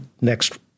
Next